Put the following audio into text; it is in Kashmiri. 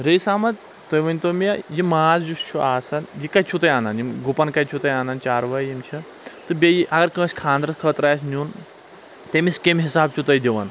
رٔیِیٖس اَحمَد تُہۍ ؤنۍتَو یہِ ماز یُس چھُ آسان یہِ کَتہِ چھُو تُہۍ اَنان یِم گُپَن کَتہِ چھُو تُہۍ اَنان یِم چاروٲے یِم چھِ تہٕ بیٚیہِ اَگر کٲنٛسہِ خانٛدر خٲطرٕ آسہِ نِیُن تٔمِس کٔمہِ حساب چھُو تُہۍ دِوان